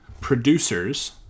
producers